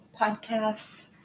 podcasts